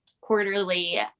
quarterly